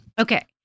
Okay